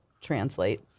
Translate